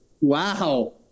Wow